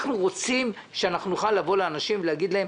אנחנו רוצים שאנחנו נוכל לבוא לאנשים ולהגיד להם: